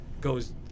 goes